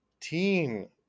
teen